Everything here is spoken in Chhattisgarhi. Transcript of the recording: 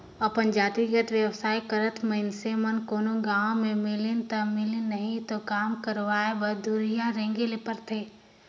अपन जातिगत बेवसाय करत मइनसे मन कोनो गाँव में मिलिन ता मिलिन नई तो काम करवाय बर दुरिहां रेंगें ले परथे